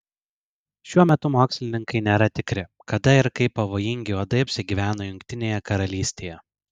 šiuo metu mokslininkai nėra tikri kada ir kaip pavojingi uodai apsigyveno jungtinėje karalystėje